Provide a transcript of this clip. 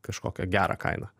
kažkokią gerą kainą